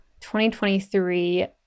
2023